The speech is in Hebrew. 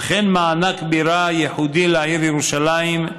וכן מענק בירה ייחודי לעיר ירושלים: